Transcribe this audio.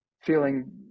feeling